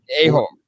a-hole